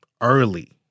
early